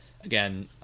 again